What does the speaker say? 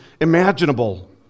imaginable